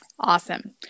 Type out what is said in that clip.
Awesome